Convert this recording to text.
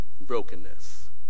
brokenness